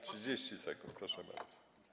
30 sekund, proszę bardzo.